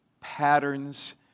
patterns